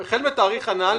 "החל מהתאריך הנ"ל,